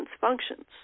functions